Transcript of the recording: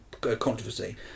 controversy